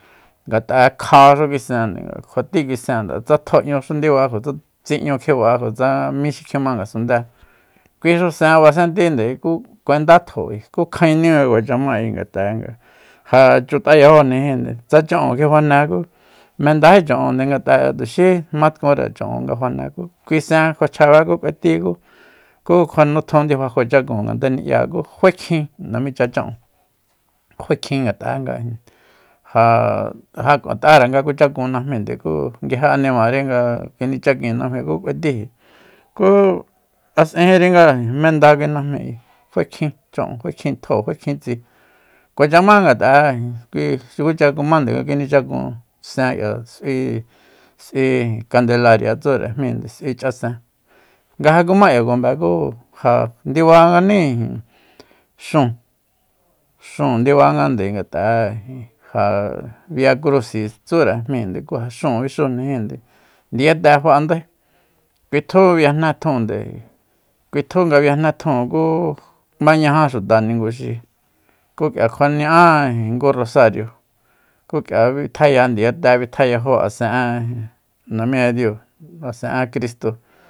Ngat'a'e kjaxu kui sende nga kjua tí kui sende tsa tjo 'ñuxu ndiba kutsa tsi ´ñu kjiba'a ku tsa mi xi kjima ngasundée kuixu sen basen tínde ku kuendá tjo ku kjaeni nga kuacha ma ngat'a'e ja ch'u´tayajójni tsa cha'on kji fane ku mendají cha'onnde ngata ngat'a'e tuxi ma tkunre cha'on nga fane kui sen kjua chjabe ku k'uetí ku- ku kjua nutjon difa kjuachakun ngadae ni'ya ku fae kjin namicha cha'on kjuae kjin ngat'a'e nga ijin ja nga- nga'a'era nga kuchakun najmíinde ku nguije animari nga kinichakin najmi ku k'uetíi kú a s'ejinri nga menda kui najmi fae cha'on kjin tjo fae kjin tsi kuacha ngat'a'e ijin nga kucha kumande nga kinichakun sen k'ia s'ui- s'ui kandelaria tsure jmi s'ui ch'asen nga ja kuma k'ia kuanbe ku ja ndibanganíijin xúun xúun ndibangande ngat'a'e ijin ja biakrusis tsúre jmíinde ku ja xúun bixunjnijinde ndiyate fa'andae kuitju biejne tjunde kuitjú nga biejne tjun ku mañaja xuta ninguxi ku kía kjuaña'á ijin ngu rosario ku k'ia bitjaya ndiyate bitjayajó asen'e namiña diu asen'e kristo